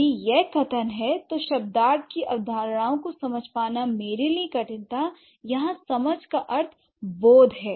यदि यह कथन है तो शब्दार्थ की अवधारणाओं को समझ पाना मेरे लिए कठिन था यहाँ समझ का अर्थ बोध है